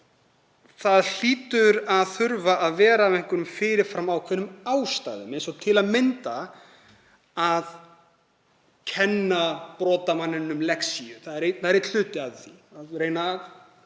það hlýtur að þurfa að vera af einhverjum fyrir fram ákveðnum ástæðum eins og til að mynda að kenna brotamanninum lexíu. Það er einn hluti af því, reyna að